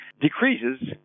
decreases